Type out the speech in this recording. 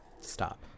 Stop